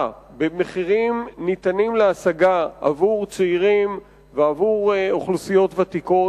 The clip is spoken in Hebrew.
במחירים ניתנים להשגה עבור צעירים ועבור אוכלוסיות ותיקות,